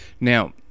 Now